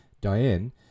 Diane